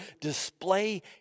display